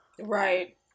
Right